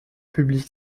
publique